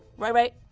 right, right.